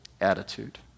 attitude